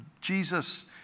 Jesus